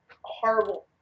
horrible